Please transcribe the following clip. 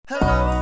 Hello